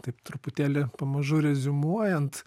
taip truputėlį pamažu reziumuojant